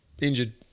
injured